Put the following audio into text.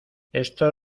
esto